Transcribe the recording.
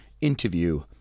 interview